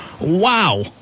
Wow